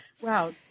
Wow